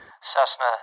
Cessna